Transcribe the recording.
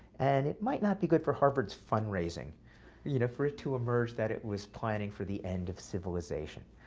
and it might not be good for harvard's fundraising you know for it to emerge that it was planning for the end of civilization.